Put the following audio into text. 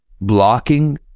blocking